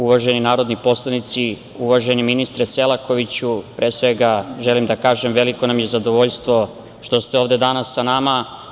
Uvaženi narodni poslanici, uvaženi ministre Selakoviću, pre svega, želim da kažem da nam je veliko zadovoljstvo što ste ovde danas sa nama.